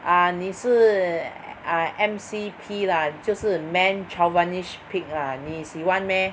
ah 你是 ah M_C_P lah 就是 man chauvinist pig lah 你喜欢 meh